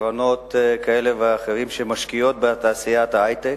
קרנות כאלה ואחרות שמשקיעות בתעשיית ההיי-טק.